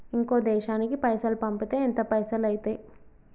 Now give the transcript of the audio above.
ఇంకో దేశానికి పైసల్ పంపితే ఎంత పైసలు అయితయి?